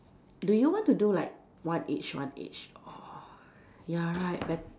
do you want to do like one each one each or ya right bet~